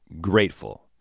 grateful